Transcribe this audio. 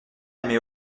aimait